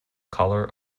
colour